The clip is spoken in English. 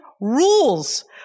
rules